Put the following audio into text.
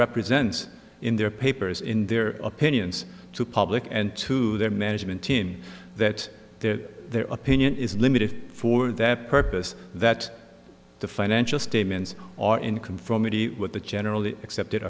represents in their papers in their opinions to public and to their management team that their opinion is limited for that purpose that the financial statements or income from what the generally accepted